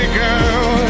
girl